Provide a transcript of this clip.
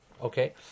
Okay